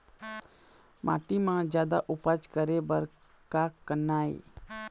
माटी म जादा उपज करे बर का करना ये?